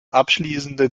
abschließende